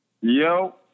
Yo